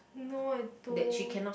no I don't